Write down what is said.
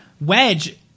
Wedge